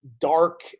dark